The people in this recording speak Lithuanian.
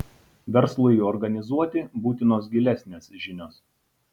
verslui organizuoti būtinos gilesnės žinios